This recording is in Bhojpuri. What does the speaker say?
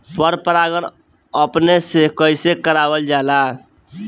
पर परागण अपने से कइसे करावल जाला?